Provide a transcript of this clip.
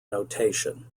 notation